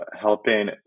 helping